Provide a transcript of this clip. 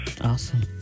Awesome